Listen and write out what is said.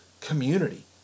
community